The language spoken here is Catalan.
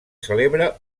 celebra